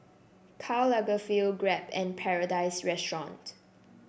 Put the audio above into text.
Karl Lagerfeld Grab and Paradise Restaurant